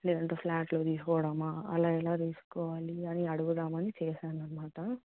లేదంటే ఫ్లాట్లో తీసుకోవడమా అలా ఎలా తీసుకోవాలి అది అడుగుదామని చేశాను అన్నమాట